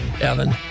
Evan